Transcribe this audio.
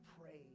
pray